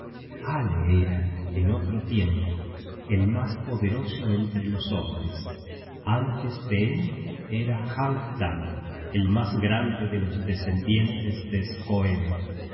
ale era en otro tiempo el mas poderoso entre los hombres antes de él era halfdan el mas grande de los descendientes de